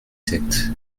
sept